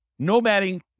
nomading